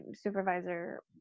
supervisor